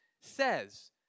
says